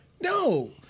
No